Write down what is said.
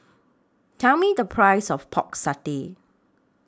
Tell Me The Price of Pork Satay